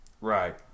Right